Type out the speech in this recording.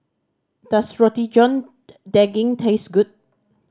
does Roti John Daging taste good